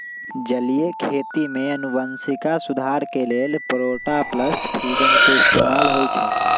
जलीय खेती में अनुवांशिक सुधार के लेल प्रोटॉपलस्ट फ्यूजन के इस्तेमाल होई छई